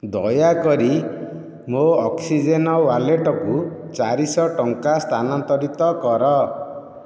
ଦୟାକରି ମୋ' ଅକ୍ସିଜେନ୍ ୱାଲେଟକୁ ଚାରି ଶହ ଟଙ୍କା ସ୍ଥାନାନ୍ତରିତ କର